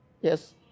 Yes